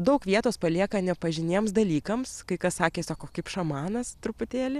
daug vietos palieka nepažiniems dalykams kai kas sakė sako kaip šamanas truputėlį